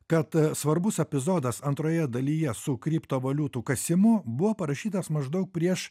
kad svarbus epizodas antroje dalyje su kriptovaliutų kasimu buvo parašytas maždaug prieš